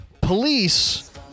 Police